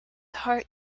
heart